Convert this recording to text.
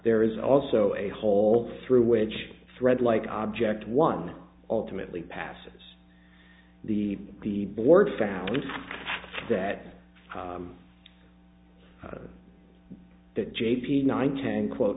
there is also a hole through which thread like object one ultimately passes the the board found that that j p nine ten quote